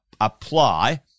apply